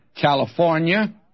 California